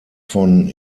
von